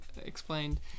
explained